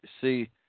see